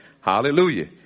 hallelujah